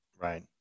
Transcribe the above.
Right